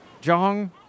Jong